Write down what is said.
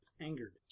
Angered